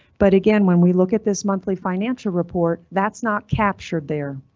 but again when we look at this monthly financial report that's not captured there.